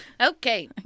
Okay